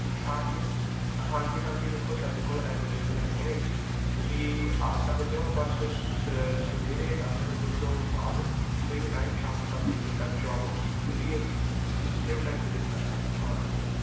ਹਾਂਜੀ ਹਾਂਜੀ ਹਾਂਜੀ ਦੇਖੋ ਸਾਡੇ ਕੋਲ ਐਵੀਲੇਬਲ ਹੈਗੇ ਨੇ ਜੀ ਤੁਸੀਂ ਆ ਸਕਦੇ ਹੋ ਬਸ ਸਵ ਸਵੇਰੇ ਦਸ ਵਜੇ ਤੋਂ ਬਾਅਦ ਕਿਸੇ ਵੀ ਟਾਈਮ ਸ਼ਾਮ ਨੂੰ ਸੱਤ ਵਜੇ ਤੱਕ ਸ਼ੋਪ ਓ ਖੁੱਲ੍ਹੀ ਹੈ ਜੀ ਤੁਸੀਂ ਕਿਸੇ ਵੀ ਟਾਈਮ ਵਿਜ਼ਿਟ ਕਰ ਸਕਦੇ ਹੋ ਆ ਸਕਦੇ ਹੋ